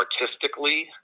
artistically